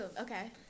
okay